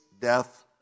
death